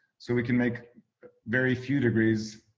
so we can make very few degrees,